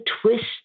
twist